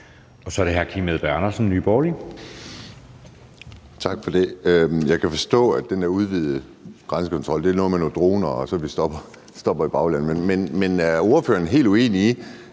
Borgerlige. Kl. 14:49 Kim Edberg Andersen (NB): Tak for det. Jeg kan forstå, at den der udvidede grænsekontrol handler om noget med nogle droner og om, at vi så stopper dem i baglandet. Men er ordføreren helt uenig i,